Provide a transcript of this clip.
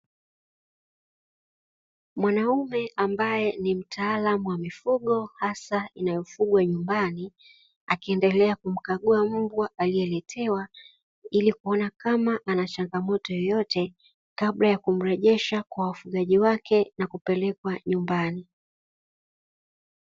Mwanaume ambaye ni mtaalamu wa mifugo hasa inayofugwa nyumbani akiendelea kumkagua mbwa aliyeletewa, ili kuona kama ana changamoto yoyote kabla yakumrejesha kwa wafugaji wake na kupelekwa nyumbani.